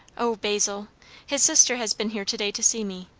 o basil his sister has been here to-day to see me.